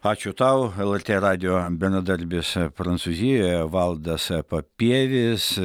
ačiū tau lrt radijo bendradarbis prancūzijoje valdas papievis